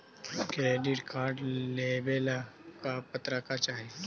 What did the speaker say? Credit card लेवेला का पात्रता चाही?